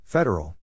Federal